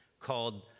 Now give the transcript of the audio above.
called